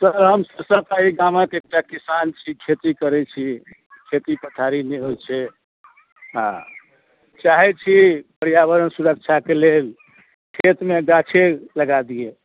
sir हम सरिसब पाही गामक एकटा किसान छी खेती करैत छी खेती पथारी नहि होइत छै आ चाहैत छी पर्यावरण सुरक्षाके लेल खेतमे गाछे लगा दियै